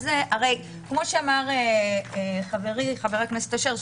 כפי שאמר חברי חבר הכנסת אשר,